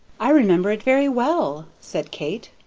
i remember it very well, said kate.